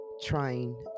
trying